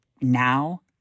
now